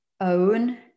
own